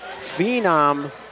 phenom